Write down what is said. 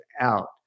out